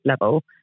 level